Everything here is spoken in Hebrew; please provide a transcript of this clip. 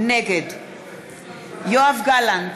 נגד יואב גלנט,